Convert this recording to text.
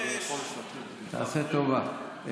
תעשה טובה.